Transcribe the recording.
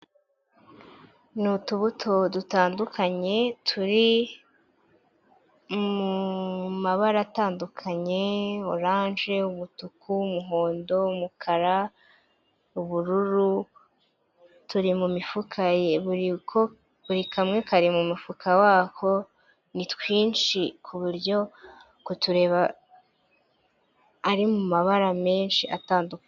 Ni utubuto dutandukanye turi mabara atandukanye oranje umutuku, umuhondo umukara ubururu, turi mu mifuka buri kamwe kari mumufuka wako ni twinshi ku buryo kutureba ari mabara menshi atandukanye.